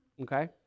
Okay